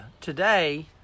today